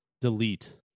delete